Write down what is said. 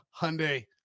Hyundai